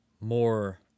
more